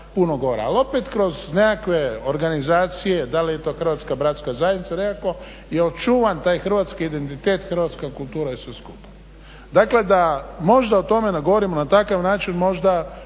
puno gora. Ali opet kroz nekakve organizacije da li je to Hrvatska bratska zajednica nekako je očuvan taj hrvatski identitet, hrvatska kultura i sve skupa. Dakle, da možda o tome da govorimo na takav način možda